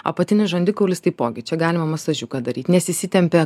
apatinis žandikaulis taipogi čia galima masažiuką daryt nes įsitempia